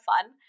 fun